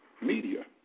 media